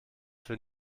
für